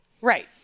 Right